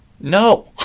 No